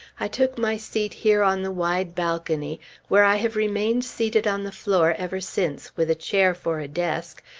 i took my seat here on the wide balcony where i have remained seated on the floor ever since, with a chair for a desk,